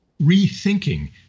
rethinking